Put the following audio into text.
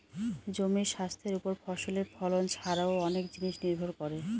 জমির স্বাস্থ্যের ওপর ফসলের ফলন ছারাও অনেক জিনিস নির্ভর করে